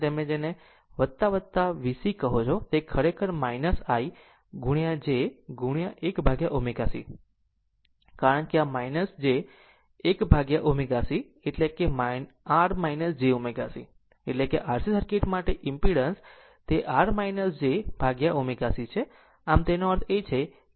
અને પછી તમે જેને તમે VC કહો છો તે ખરેખર I ગુણ્યા j ગુણ્યા 1 upon ω c કારણ કે આ j I 1 upon ω c એટલે કે R j ω c એટલે કે R C સર્કિટ માટે ઈમ્પીડન્સ તે R j upon ω c છે આમ તેનો અર્થ એ છે કે આ I ગુણ્યા Z છે